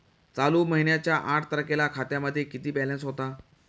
चालू महिन्याच्या आठ तारखेला खात्यामध्ये किती बॅलन्स होता?